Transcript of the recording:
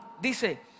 Dice